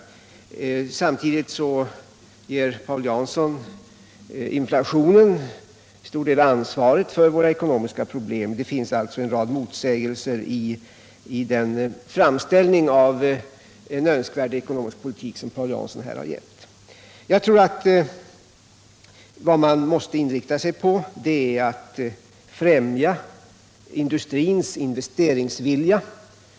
Samtidigt ger Paul Jansson inflationen en stor del av ansvaret för våra ekonomiska problem. Det finns alltså en rad motsägelser i den framställning av en önskvärd politik som Paul Jansson här har gett. Vad man måste inrikta sig på är att främja industrins investeringsvilja.